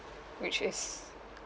which is